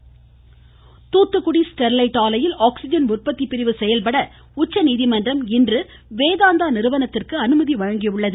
Sterlite Thoothukudi Sterlite ஆலையில் oxygen உற்பத்தி பிரிவு செயல்பட உச்சநீதிமன்றம் இன்று வேதாந்தா நிறுவனத்திற்கு அனுமதி வழங்கியுள்ளது